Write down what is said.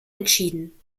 entschieden